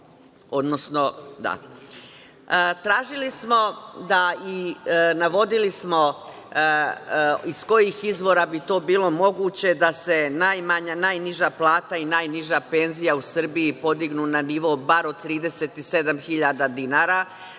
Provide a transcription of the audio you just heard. poverioca. Tražili smo i navodili smo iz kojih izvora bi to bilo moguće da se najmanja i najniža plata i najniža penzija u Srbiji podignu na nivo bar od 37.000 dinara,